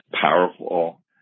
powerful